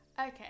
Okay